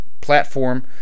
platform